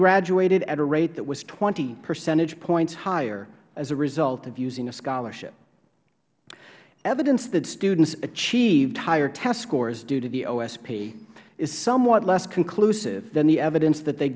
graduated at a rate that was twenty percentage points higher as a result of using a scholarship evidence that students achieved higher test scores due to the osp is somewhat less conclusive than the evidence that they